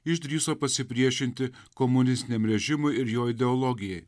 išdrįso pasipriešinti komunistiniam režimui ir jo ideologijai